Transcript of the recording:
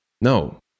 No